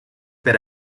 per